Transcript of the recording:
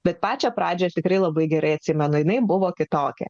bet pačią pradžią tikrai labai gerai atsimena jinai buvo kitokia